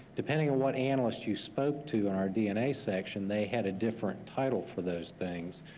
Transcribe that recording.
depending on what analyst you spoke to in our dna section, they had a different title for those things.